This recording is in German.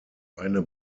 eine